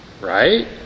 right